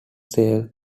sale